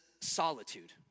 solitude